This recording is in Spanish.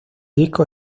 disco